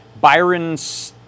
Byron's